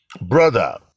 brother